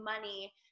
money